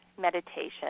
meditation